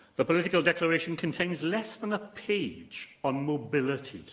the political declaration contains less than a page on mobility,